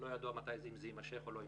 לא ידוע אם זה יימשך או לא יימשך.